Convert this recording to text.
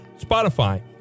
Spotify